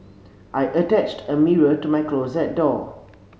I attached a mirror to my closet door